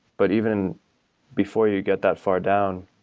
but even before you get that far down,